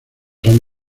son